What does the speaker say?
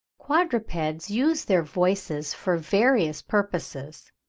quadrupeds use their voices for various purposes,